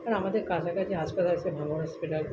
আর আমাদের কাছাকাছি হাসপাতাল আছে ভাঙড় হসপিটাল